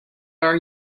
are